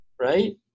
right